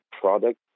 product